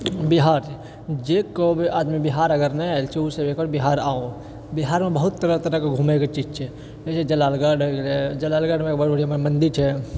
बिहार जे कहबै आदमी अगर बिहार नहि आएल छै ओ सब एकबेर बिहार आउ बिहारमे बहुत तरह तरहकेँ घुमैके चीज छै जलालगढ़ हो गेलै जलालगढ़मे बड बढ़िआँ मंदिर छै